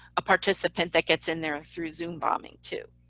a participant that gets in there through zoom bombing, too.